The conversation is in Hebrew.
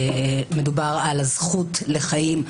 מדובר על הזכות לחיים,